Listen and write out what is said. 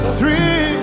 Three